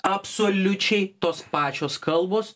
absoliučiai tos pačios kalbos